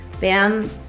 bam